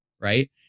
right